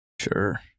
Sure